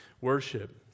Worship